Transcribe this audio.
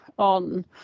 on